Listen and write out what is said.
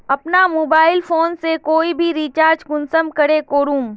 अपना mobile phone से कोई भी रिचार्ज कुंसम करे करूम?